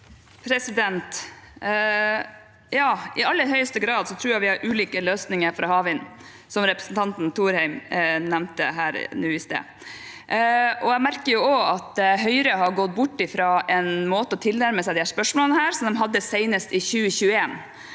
tror vi i aller høyeste grad har ulike løsninger for havvind, som representanten Thorheim nevnte her i sted. Jeg merker meg også at Høyre har gått bort fra den måten å tilnærme seg disse spørsmålene på som de hadde senest i 2021,